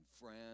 friends